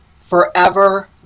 forever